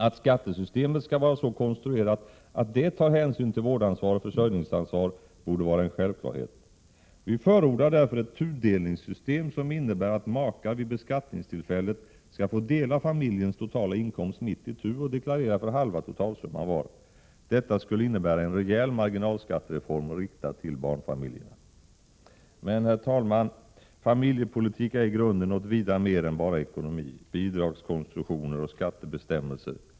Att skattesystemet skall vara så konstruerat att det tar hänsyn till vårdansvar och försörjningsansvar borde vara en självklarhet. Vi förordar därför ett tudelningssystem som innebär att makar vid beskattningstillfället skall få dela familjens totala inkomst mitt itu och deklarera för halva totalsumman var. Detta skulle innebära en rejäl marginalskatteform riktad till barnfamiljerna. Men, herr talman, familjepolitik är i grunden något vida mer än bara ekonomi, bidragskonstruktioner och skattebestämmelser.